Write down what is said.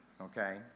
Okay